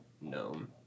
gnome